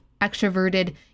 extroverted